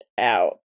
out